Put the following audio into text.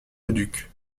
leduc